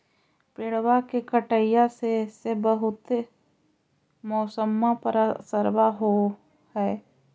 पेड़बा के कटईया से से बहुते मौसमा पर असरबा हो है?